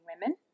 women